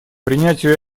принятию